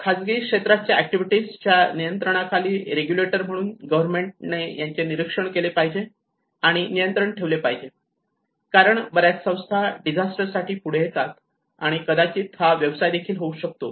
खाजगी क्षेत्राच्या ऍक्टिव्हिटीज च्या नियंत्रणासाठी रेगुलेटर म्हणून गव्हर्नमेंट ने याचे निरीक्षण केले पाहिजे आणि नियंत्रण ठेवले पाहिजे कारण बऱ्याच संस्था डिझास्टर साठी पुढे येतात आणि कदाचित हा व्यवसाय देखील होऊ शकतो